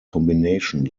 combination